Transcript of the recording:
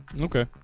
Okay